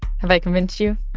have i convinced you?